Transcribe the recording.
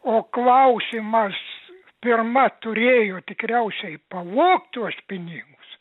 o klausimas pirma turėjo tikriausiai pavogt tuos pinigus